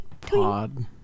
pod